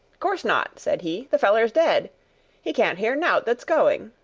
course not, said he the feller's dead he can't hear nowt that's going.